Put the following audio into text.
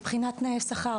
מבחינת תנאי שכר,